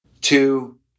two